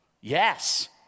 Yes